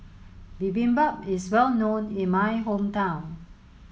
Bibimbap is well known in my hometown